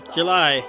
July